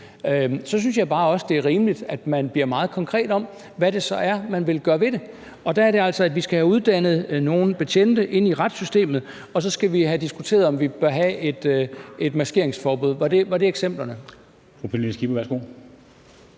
Så jeg synes bare også, at det er rimeligt, at man bliver meget konkret om, hvad det så er, man vil gøre ved det. Der er det altså, at vi skal have uddannet nogle betjente i retssystemet, og at vi skal have diskuteret, om vi bør have et maskeringsforbud. Var det eksemplerne?